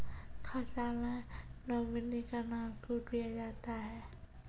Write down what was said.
खाता मे नोमिनी का नाम क्यो दिया जाता हैं?